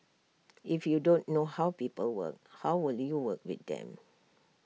if you don't know how people work how will you work with them